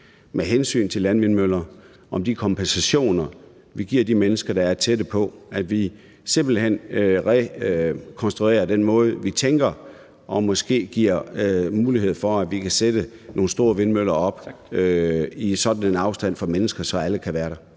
med hensyn til landvindmøller og de kompensationer, vi giver de mennesker, der bor tæt på, altså at vi simpelt hen rekonstruerer den måde, vi tænker på, og måske giver mulighed for, at vi kan sætte nogle store vindmøller op i sådan en afstand fra mennesker, at alle kan være der.